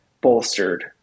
bolstered